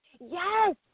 Yes